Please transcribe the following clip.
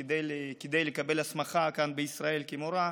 כדי לקבל הסמכה כאן בישראל כמורה,